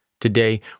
Today